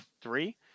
three